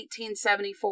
1874